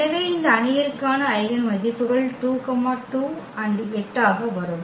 எனவே இந்த அணியிற்கான ஐகென் மதிப்புகள் 2 2 8 ஆக வரும்